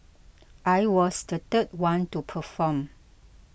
I was the third one to perform